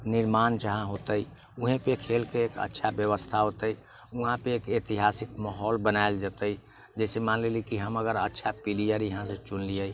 निर्माण जहाँ होतै वहीपर खेलके एक अच्छा व्यवस्था होतै वहाँपर एक ऐतिहासिक माहौल बनायल जेतै जैसे मानि लेली की हम अगर अच्छा प्लेयर यहाँसँ चुनलियै